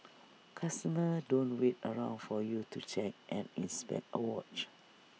customers don't wait around for you to check and inspect A watch